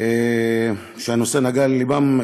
שהנושא נגע ללבם,